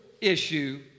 issue